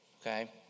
okay